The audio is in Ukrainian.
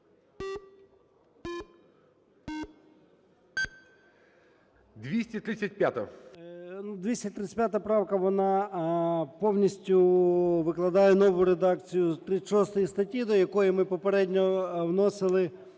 235 правка, вона повністю викладає нову редакцію 36 статті, до якої ми попередньо вносили